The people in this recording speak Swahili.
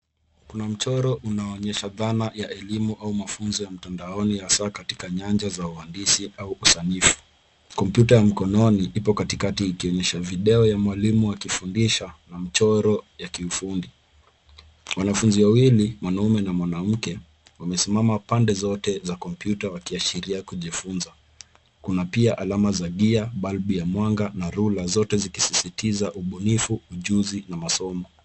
Kuna mchoro unaoonyesha dhana ya elimu au mafunzo ya mtandaoni ya saa katika nyanja za uandishi au usanifu. Kompyuta ya mkononi ipo katikati ikionyesha video ya mwalimu akifundisha na mchoro ya kiufundi. Wanafunzi wawili, mwanaume na mwanamke, wamesimama pande zote za kompyuta wakiashiria kujifunza. Kuna pia alama za gear , balbu ya mwanga na ruler , zote zikisisitiza ubunifu, ujuzi na masomo.